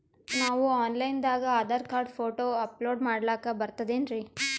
ನಾವು online ದಾಗ ಆಧಾರಕಾರ್ಡ, ಫೋಟೊ ಅಪಲೋಡ ಮಾಡ್ಲಕ ಬರ್ತದೇನ್ರಿ?